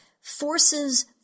forces